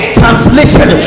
translation